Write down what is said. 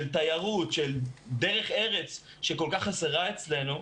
של תיירות ושל דרך ארץ שכל כך חסרה לנו.